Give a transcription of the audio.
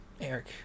Eric